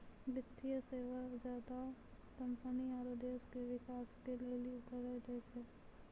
वित्तीय सेवा ज्यादा कम्पनी आरो देश के बिकास के लेली कर्जा दै छै